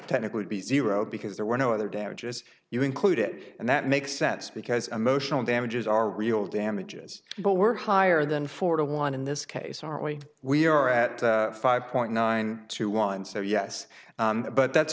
technically be zero because there were no other damages you included and that makes sense because emotional damages are real damages but were higher than four to one in this case aren't we are at five point nine to one so yes but that's